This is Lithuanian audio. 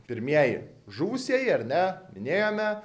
pirmieji žuvusieji ar ne minėjome